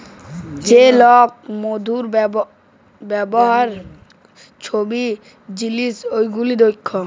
যে লক মধু হ্যবার ছব জিলিস গুলাল দ্যাখে